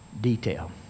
detail